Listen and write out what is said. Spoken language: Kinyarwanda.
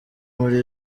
muri